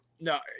No